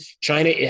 China